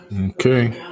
Okay